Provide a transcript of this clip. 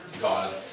God